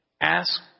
ask